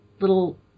little